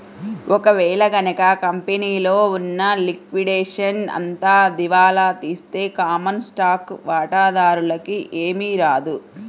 ఒక వేళ గనక కంపెనీలో ఉన్న లిక్విడేషన్ అంతా దివాలా తీస్తే కామన్ స్టాక్ వాటాదారులకి ఏమీ రాదు